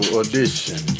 audition